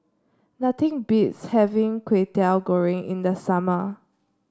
nothing beats having Kwetiau Goreng in the summer